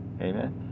Amen